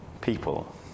people